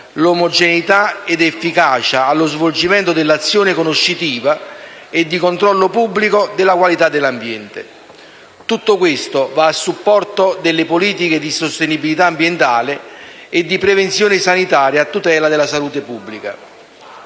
omogeneità ed efficacia allo svolgimento dell'azione conoscitiva e di controllo pubblico della qualità dell'ambiente. Tutto questo va a supporto delle politiche di sostenibilità ambientale e di prevenzione sanitaria a tutela della salute pubblica.